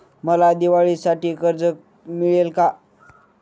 मला दिवाळीसाठी कर्ज मिळेल का?